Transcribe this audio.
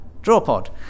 DrawPod